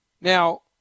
Now